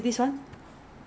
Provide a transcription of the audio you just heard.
N_T_U_C 的